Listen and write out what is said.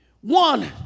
One